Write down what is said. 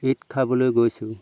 ঈদ খাবলৈ গৈছোঁ